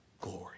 glory